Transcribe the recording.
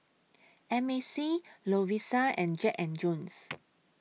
M A C Lovisa and Jack and Jones